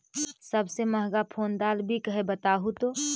सबसे महंगा कोन दाल बिक है बताहु तो?